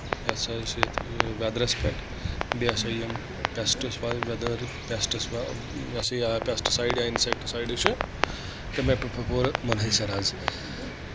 یہِ ہَسا یَتھ ویدرَس پؠٹھ بیٚیہِ ہَسا یِم پؠسٹس ویدٲرٕ بؠسٹس یہِ ہَسا پیسٹسایڈ یا اِنسیکٹسایڈٕ چھِ تِمے پؠٹھ پورٕ منٲیثِر حظ